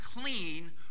clean